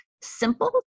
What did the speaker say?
simple